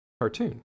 cartoon